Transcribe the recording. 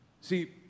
See